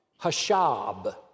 Hashab